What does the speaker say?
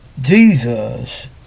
Jesus